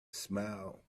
smile